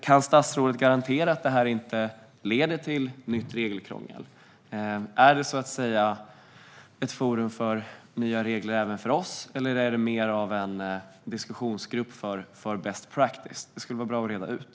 Kan statsrådet garantera att detta inte leder till nytt regelkrångel? Är det, så att säga, ett forum för nya regler även för oss, eller är det mer av en diskussionsgrupp för best practice? Detta skulle vara bra att reda ut.